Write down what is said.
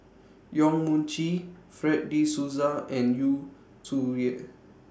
Yong Mun Chee Fred De Souza and Yu Zhuye